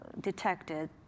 detected